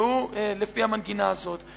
והוא לפי המנגינה הזאת.